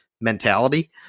mentality